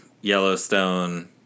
Yellowstone